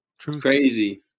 Crazy